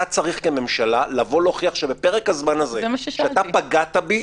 אתה צריך כממשלה לבוא להוכיח שבפרק הזמן הזה שאתה פגעת בי,